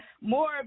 more